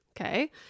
Okay